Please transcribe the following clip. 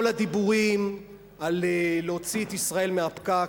כל הדיבורים על להוציא את ישראל מהפקק,